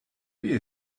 you